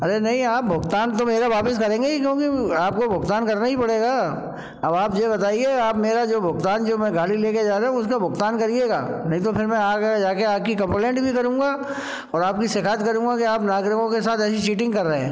अरे नहीं आप भुगतान तो मेरा वापिस करेंगे ही क्योंकि आपको भुगतान करना ही पड़ेगा अब आप ये बताइए आप मेरा जो भुगतान जो मैं गाड़ी ले कर जा रहा हूँ उसका भुगतान करिएगा नहीं तो फिर मैं आगरा जा कर आपकी कम्प्लेंट भी करूँगा और आपकी शिकायत करूँगा कि आप नागरिकों के साथ ऐसी चीटिंग कर रहे हैं